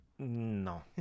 no